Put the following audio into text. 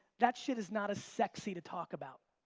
that shit is not as sexy to talk about.